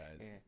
guys